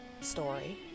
story